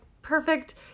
Perfect